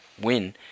win